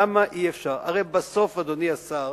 למה אי-אפשר, הרי בסוף, אדוני השר,